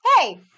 Hey